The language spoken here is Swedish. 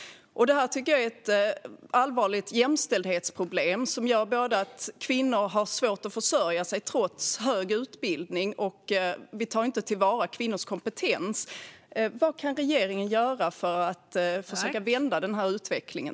Detta tycker jag är ett allvarligt jämställdhetsproblem. Det gör både att kvinnor har svårt att försörja sig, trots hög utbildning, och att vi inte tar till vara kvinnors kompetens. Vad kan regeringen göra för att försöka vända den här utvecklingen?